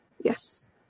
Yes